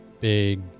big